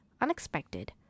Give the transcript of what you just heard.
unexpected